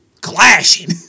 clashing